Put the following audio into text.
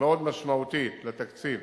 מאוד משמעותית לתקציב,